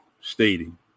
stating